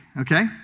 okay